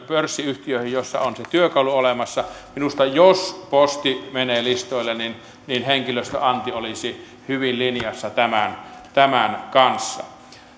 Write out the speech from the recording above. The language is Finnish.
pörssiyhtiöihin joissa on se työkalu olemassa jos posti menee listoille niin minusta henkilöstöanti olisi hyvin linjassa tämän tämän kanssa